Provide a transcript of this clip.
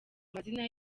amazina